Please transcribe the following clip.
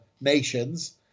nations